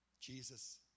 Jesus